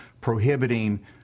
prohibiting